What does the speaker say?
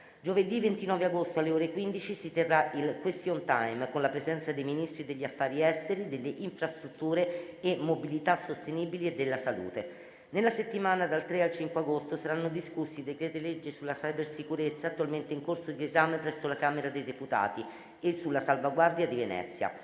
Giovedì 29 luglio, alle ore 15, si terrà il *question time*, con la presenza dei Ministri degli affari esteri, delle infrastrutture e della mobilità sostenibili e della salute. Nella settimana dal 3 al 5 agosto saranno discussi i decreti-legge sulla cybersicurezza, attualmente in corso di esame presso la Camera dei deputati, e sulla salvaguardia di Venezia.